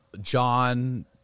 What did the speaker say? John